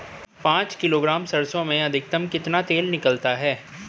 पाँच किलोग्राम सरसों में अधिकतम कितना तेल निकलता है?